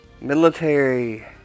military